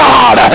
God